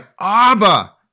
Abba